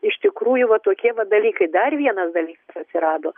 iš tikrųjų va tokie vat dalykai dar vienas dalykas atsirado